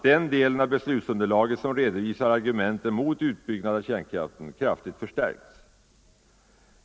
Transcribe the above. Den delen av beslutsunderlaget som redovisar argumenten mot utbyggnad av kärnkraften bör kraftigt förstärkas.